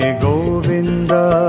govinda